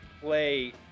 play